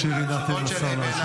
חבר הכנסת שירי, נא לאפשר לשר להמשיך.